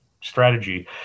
strategy